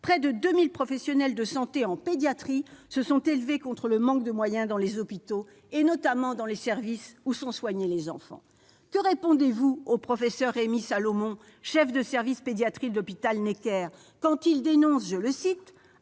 près de 2 000 professionnels de santé en pédiatrie se sont élevés contre le manque de moyens dans les hôpitaux, notamment dans les services où sont soignés les enfants. Que répondez-vous au professeur Rémi Salomon, chef de service pédiatrie de l'hôpital Necker, quand il dénonce :« alors